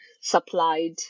supplied